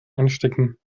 anstecken